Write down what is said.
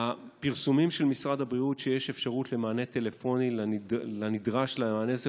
הפרסומים של משרד הבריאות הם שיש אפשרות למענה טלפוני לנדרש למענה הזה,